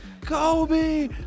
Kobe